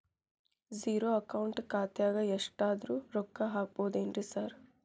Zero account ಖಾತ್ಯಾಗ ಎಷ್ಟಾದ್ರೂ ರೊಕ್ಕ ಹಾಕ್ಬೋದೇನ್ರಿ ಸಾರ್?